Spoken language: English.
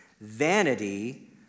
vanity